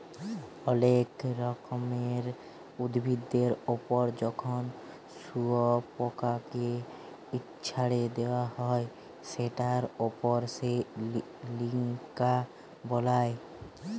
অলেক রকমের উভিদের ওপর যখন শুয়পকাকে চ্ছাড়ে দেওয়া হ্যয় সেটার ওপর সে সিল্ক বালায়